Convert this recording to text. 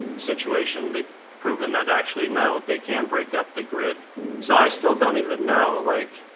situation they've proven that actually no they can break up the grid so i still don't even know like